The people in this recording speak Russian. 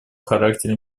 характера